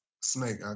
Snake